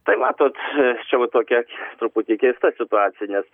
tai matot anksčiau tokia truputį keista situacija